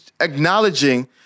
acknowledging